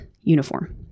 uniform